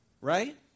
right